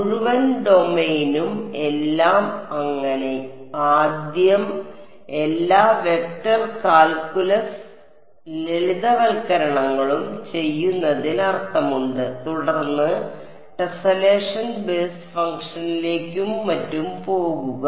മുഴുവൻ ഡൊമെയ്നും എല്ലാം അങ്ങനെ ആദ്യം എല്ലാ വെക്റ്റർ കാൽക്കുലസ് ലളിതവൽക്കരണങ്ങളും ചെയ്യുന്നതിൽ അർത്ഥമുണ്ട് തുടർന്ന് ടെസ്സലേഷൻ ബേസ് ഫംഗ്ഷനിലേക്കും മറ്റും പോകുക